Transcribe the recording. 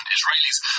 Israelis